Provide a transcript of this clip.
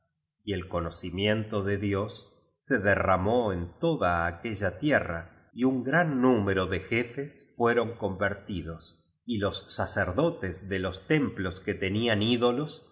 y el conocimiento de dios se derramó en toda aquella tierra y biblioteca nacional de españa ei poemas uiéditos de oscar moe un gran número de jefes fueron convertidos y los sacerdotes de los templos que tenían dolos